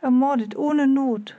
ermordet ohne not